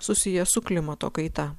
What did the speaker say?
susiję su klimato kaita